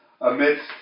amidst